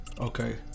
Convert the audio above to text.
okay